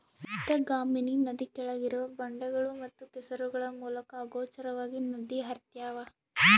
ಗುಪ್ತಗಾಮಿನಿ ನದಿ ಕೆಳಗಿರುವ ಬಂಡೆಗಳು ಮತ್ತು ಕೆಸರುಗಳ ಮೂಲಕ ಅಗೋಚರವಾಗಿ ನದಿ ಹರ್ತ್ಯಾವ